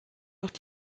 wird